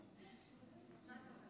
שרן מרים